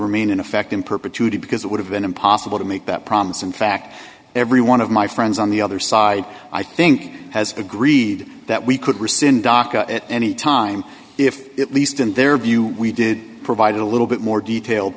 remain in effect in perpetuity because it would have been impossible to make that promise in fact every one of my friends on the other side i think has agreed that we could rescind daca at any time if it least in their view we did provide a little bit more detail